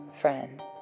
friend